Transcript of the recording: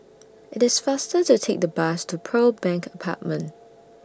IT IS faster to Take The Bus to Pearl Bank Apartment